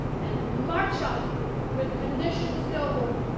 and march off with conditions noble,